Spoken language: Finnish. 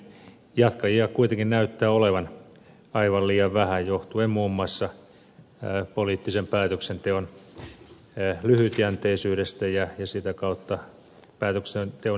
jatkajia kuitenkin näyttää olevan aivan liian vähän johtuen muun muassa poliittisen päätöksenteon lyhytjänteisyydestä ja sitä kautta päätöksenteon epävarmuudesta